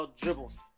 dribbles